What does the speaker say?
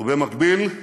במקביל,